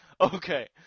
Okay